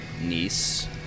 niece